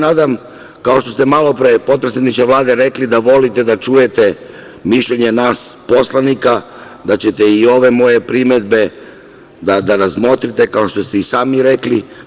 Nadam se, kao što ste malopre, potpredsedniče Vlade, rekli da volite da čujete mišljenje nas poslanika, da ćete i ove moje primedbe da razmotrite kao što ste i sami rekli.